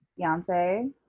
beyonce